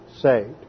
saved